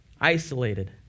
isolated